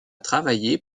travailler